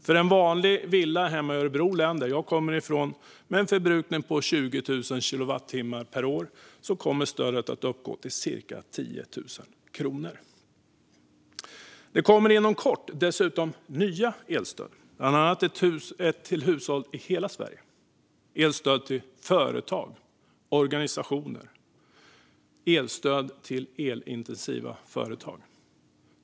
För en vanlig villa i Örebro län, där jag kommer ifrån, med en förbrukning på 20 000 kilowattimmar per år kommer stödet att uppgå till cirka 10 000 kronor. Inom kort kommer det dessutom nya elstöd, bland annat elstöd till hushåll i hela Sverige, elstöd till företag och organisationer och elstöd till elintensiva företag.